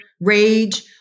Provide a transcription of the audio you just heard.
rage